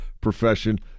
profession